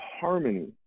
harmony